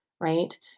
right